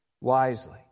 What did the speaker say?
wisely